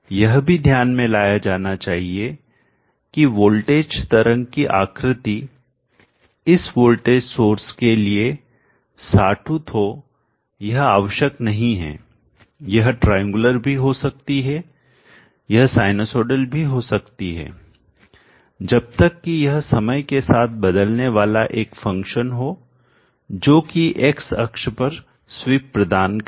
यह भी ध्यान में लाया जाना चाहिए कि वोल्टेज तरंग की आकृति इस वोल्टेज सोर्स के लिए sawtooth हो यह आवश्यक नहीं है यह Triangular भी हो सकती है यह sinusoidal भी हो सकती हैजब तक कि यह समय के साथ बदलने वाला एक फंक्शन हो जो कि x अक्ष पर स्वीप प्रदान करे